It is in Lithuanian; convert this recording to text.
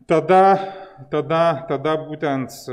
tada tada tada būtent